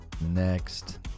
Next